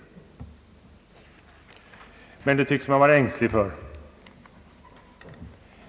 Men detta tycks man vara ängslig för.